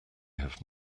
have